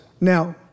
Now